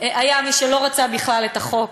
היה מי שלא רצה בכלל את החוק,